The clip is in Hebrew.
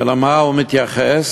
ולמה הוא מתייחס?